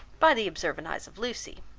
by the observant eyes of lucy,